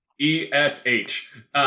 E-S-H